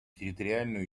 территориальную